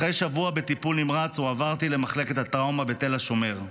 אחרי שבוע בטיפול נמרץ הועברתי למחלקת הטראומה בתל השומר.